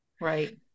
right